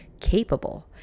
capable